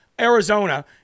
Arizona